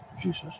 Jesus